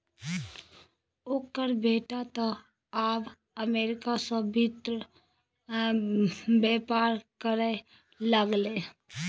ओकर बेटा तँ आब अमरीका सँ वित्त बेपार करय लागलै